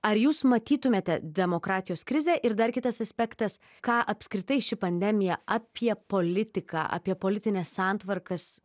ar jūs matytumėte demokratijos krizę ir dar kitas aspektas ką apskritai ši pandemija apie politiką apie politines santvarkas